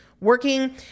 working